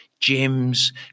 gyms